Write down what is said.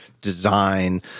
design